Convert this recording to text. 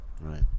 right